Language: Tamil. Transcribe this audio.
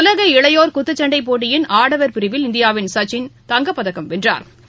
உலக இளையோா் குத்துச்சண்டை போட்டியின் ஆடவா் பிரிவில் இந்தியாவின் சச்சின் தங்கப்பதக்கம் வென்றாா்